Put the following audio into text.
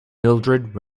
mildrid